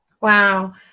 Wow